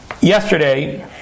Yesterday